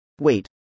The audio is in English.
Wait